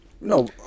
no